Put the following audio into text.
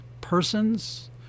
persons